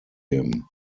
him